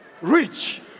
rich